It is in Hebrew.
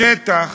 בשטח